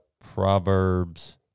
Proverbs